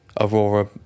Aurora